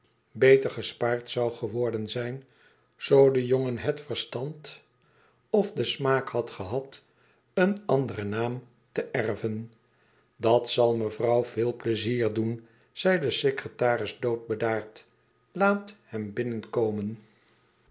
beter gespaard zou geworden zijn zoo de jongen het verstand of den smaak had gehad een anderen naam te erven dat zal mevrouw veel pleizier doen zei de secretaris doodbedaard laat hem binnenkomen